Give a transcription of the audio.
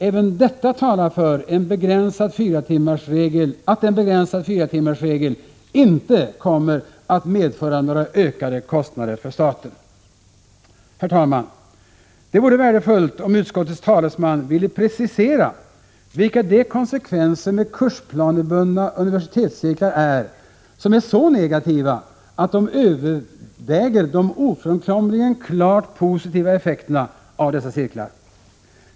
Även detta talar för att en begränsad fyratimmarsregel inte kommer att medföra några ökade kostnader för staten. Herr talman! Det vore värdefullt om utskottets talesman ville precisera vilka de konsekvenser med kursplanebundna universitetscirklar är, som är så negativa att de överväger de ofrånkomligen klart positiva effekterna av sådana cirklar.